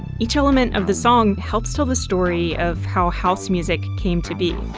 each element of the song helps tell the story of how house music came to be.